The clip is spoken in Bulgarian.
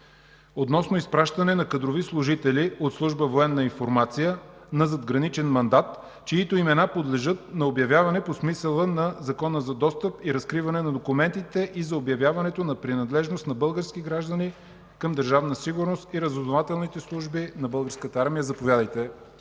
относно изпращане на кадрови служители от Служба „Военна информация” на задграничен мандат, чиито имена подлежат на обявяване по смисъла на Закона за достъп и разкриване на документите и за обявяването на принадлежност на български граждани към Държавна сигурност и разузнавателните служби на